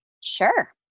Sure